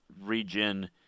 region